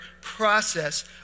process